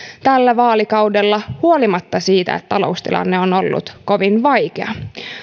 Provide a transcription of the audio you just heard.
tällä vaalikaudella huolimatta siitä että taloustilanne on ollut kovin vaikea